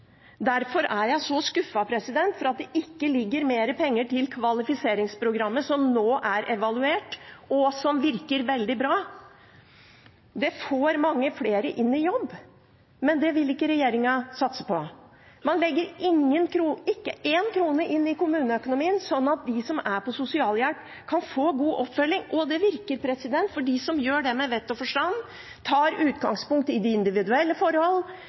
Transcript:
Derfor er jeg skuffet over at det ikke ligger mer penger til kvalifiseringsprogrammet, som nå er evaluert, og som virker veldig bra. Det får mange flere inn i jobb. Men dette vil ikke regjeringen satse på. Man legger ikke én krone inn i kommuneøkonomien sånn at de som er på sosialhjelp, kan få god oppfølging – og det virker. For dem som gjør det med vett og forstand, tar utgangspunkt i de individuelle forhold,